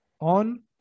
on